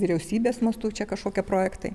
vyriausybės mastu čia kažkokie projektai